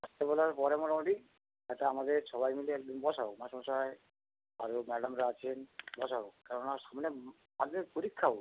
আসতে বলার পরে মোটামুটি একটা আমাদের সবাই মিলে একদিন বসা হোক মাস্টারমশাই আরো ম্যাডামরা আছেন বসা হোক কেননা সামনে মাধ্যমিক পরীক্ষা ওর